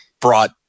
brought